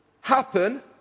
happen